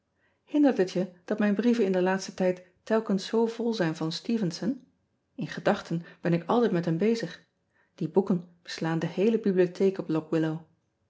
indert het je dat mijn brieven in den laatsten tijd telkens zoo vol zijn van tevenson n gedachten ben ik altijd met hem bezig ie boeken beslaan de heele bibliotheek op ock illow